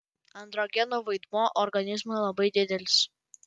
androgenų vaidmuo organizmui labai didelis